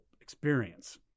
experience